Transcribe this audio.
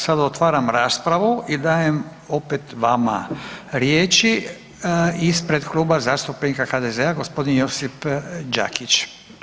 Sada otvaram raspravu i dajem opet vama riječi ispred Kluba zastupnika HDZ-a g. Josip Đakić.